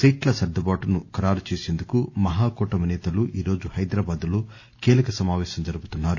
సీట్ల సర్దుబాటు ను ఖరారు చేసేందుకు మహాకూటమి నేతలు ఈ రోజు హైదరాబాద్ లో కీలక సమాపేశం జరుపుతున్నారు